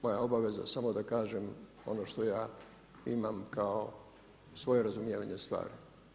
Moja je obaveza samo da kažem ono što ja imam kao svoje razumijevanje stvari.